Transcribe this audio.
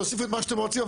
תוסיפו את מה שאתם רוצים,